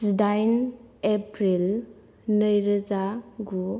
जिदाइन एप्रिल नैरोजा गु